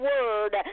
word